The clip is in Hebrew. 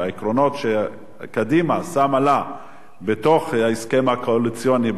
העקרונות שקדימה שמה לעצמה בתוך ההסכם הקואליציוני,